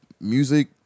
music